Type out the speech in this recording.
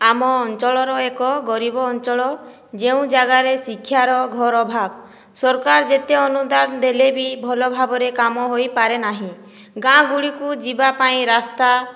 ଆମ ଅଞ୍ଚଳର ଏକ ଗରିବ ଅଞ୍ଚଳ ଯେଉଁ ଜାଗାରେ ଶିକ୍ଷାର ଘୋର ଅଭାବ ସରକାର ଯେତେ ଅନୁଦାନ ଦେଲେ ବି ଭଲ ଭାବରେ କାମ ହୋଇପାରେନାହିଁ ଗାଁ ଗୁଡ଼ିକୁ ଯିବାପାଇଁ ରାସ୍ତା